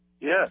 Yes